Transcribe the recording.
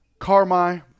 Carmi